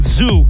Zoo